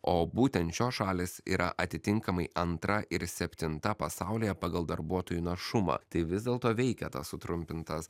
o būtent šios šalys yra atitinkamai antra ir septinta pasaulyje pagal darbuotojų našumą tai vis dėlto veikia tas sutrumpintas